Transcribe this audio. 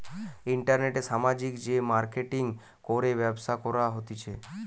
ইন্টারনেটে সামাজিক যে মার্কেটিঙ করে ব্যবসা করা হতিছে